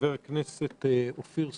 חבר הכנסת אופיר סופר,